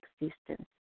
existence